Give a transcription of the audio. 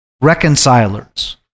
reconcilers